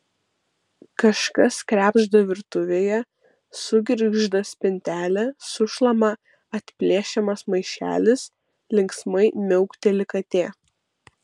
kažkas krebžda virtuvėje sugirgžda spintelė sušlama atplėšiamas maišelis linksmai miaukteli katė